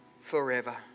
forever